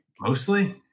Mostly